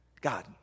God